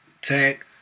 tech